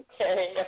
Okay